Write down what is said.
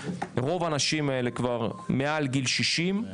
רוב האנשים האלו מעל לגיל 60,